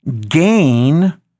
gain